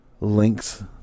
Links